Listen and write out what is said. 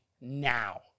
now